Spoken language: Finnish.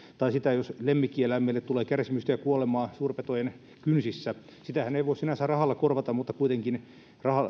tai sitä jos lemmikkieläimille tulee kärsimystä ja kuolemaa suurpetojen kynsissä sitähän ei voi sinänsä rahalla korvata mutta kuitenkin